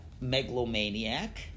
megalomaniac